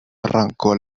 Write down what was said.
arrancó